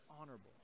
honorable